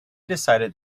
decided